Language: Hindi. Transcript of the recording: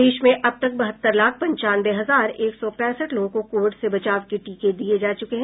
प्रदेश में अब तक बहत्तर लाख पंचानवे हजार एक सौ पैंसठ लोगों को कोविड से बचाव के टीके दिए जा चुके हैं